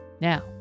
now